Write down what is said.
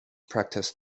practice